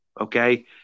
okay